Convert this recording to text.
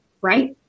right